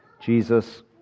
Jesus